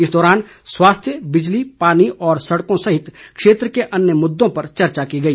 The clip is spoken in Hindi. इस दौरान स्वास्थ्य बिजली पानी और सड़कों सहित क्षेत्र के अन्य मुद्दों पर चर्चा की गई